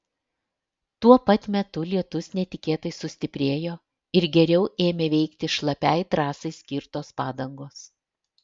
tuo pat metu lietus netikėtai sustiprėjo ir geriau ėmė veikti šlapiai trasai skirtos padangos